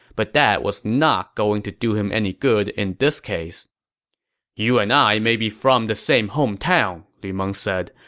but that was not going to do him any good in this case you and i may be from the same hometown, lu meng said,